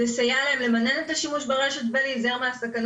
לסייע להם למנן את השימוש ברשת בין אם זה להיזהר מהסכנות